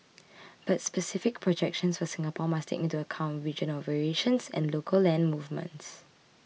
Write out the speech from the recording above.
but specific projections for Singapore must take into account regional variations and local land movements